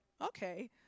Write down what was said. Okay